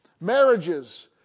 marriages